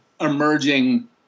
emerging